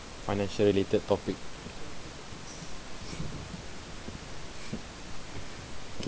financial related topic